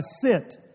sit